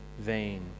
vain